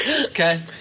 Okay